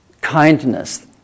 kindness